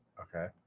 okay